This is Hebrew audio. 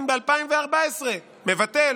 ב-2014, מבטל,